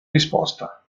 risposta